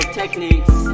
techniques